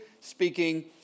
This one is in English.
speaking